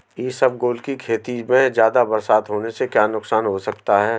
इसबगोल की खेती में ज़्यादा बरसात होने से क्या नुकसान हो सकता है?